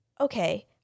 okay